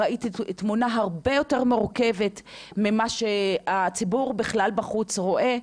ראיתי תמונה הרבה יותר מורכבת ממה שהציבור בחוץ בכלל רואה,